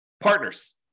Partners